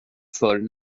för